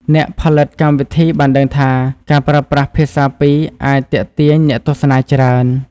អ្នកផលិតកម្មវិធីបានដឹងថា ការប្រើប្រាស់ភាសាពីរអាចទាក់ទាញអ្នកទស្សនាច្រើន។